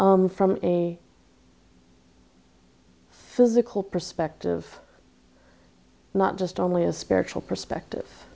from a physical perspective not just only a spiritual perspective